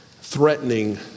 threatening